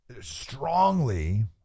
strongly